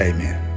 Amen